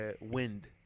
wind